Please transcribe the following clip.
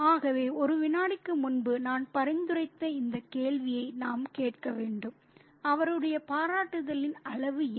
ஆகவே ஒரு வினாடிக்கு முன்பு நான் பரிந்துரைத்த இந்த கேள்வியை நாம் கேட்க வேண்டும் அவருடைய பாராட்டுதலின் அளவு என்ன